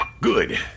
Good